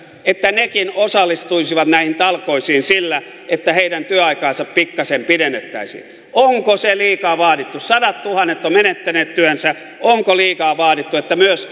osallistuisivat näihin talkoisiin sillä että heidän työaikaansa pikkasen pidennettäisiin onko se liikaa vaadittu sadattuhannet ovat menettäneet työnsä onko liikaa vaadittu että myös